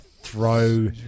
throw